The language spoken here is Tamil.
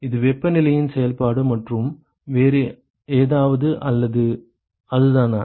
இது வெப்பநிலையின் செயல்பாடு மற்றும் வேறு ஏதாவது அல்லது அதுதானா